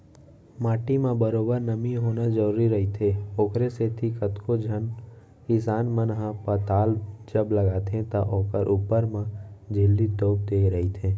माटी म बरोबर नमी होना जरुरी रहिथे, ओखरे सेती कतको झन किसान मन ह पताल जब लगाथे त ओखर ऊपर म झिल्ली तोप देय रहिथे